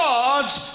God's